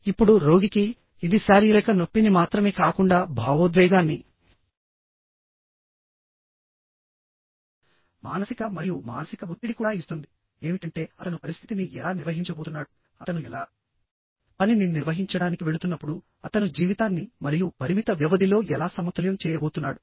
ఇప్పుడు రోగికి ఇది శారీరక నొప్పిని మాత్రమే కాకుండా భావోద్వేగాన్ని మానసిక మరియు మానసిక ఒత్తిడి కూడా ఇస్తుంది ఏమిటంటే అతను పరిస్థితిని ఎలా నిర్వహించబోతున్నాడు అతను ఎలా పనిని నిర్వహించడానికి వెళుతున్నప్పుడు అతను జీవితాన్ని మరియు పరిమిత వ్యవధిలో ఎలా సమతుల్యం చేయబోతున్నాడు